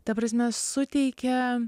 ta prasme suteikia